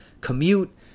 commute